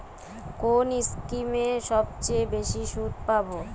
কোন স্কিমে সবচেয়ে বেশি সুদ পাব?